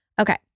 Okay